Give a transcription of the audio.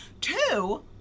two